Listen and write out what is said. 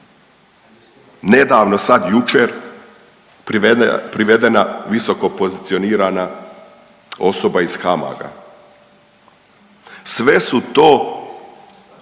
nedavno sad, jučer privedena visoko pozicionirana osoba iz HAMAG-a. Sve su to